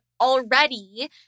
already